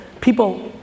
people